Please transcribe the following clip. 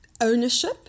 ownership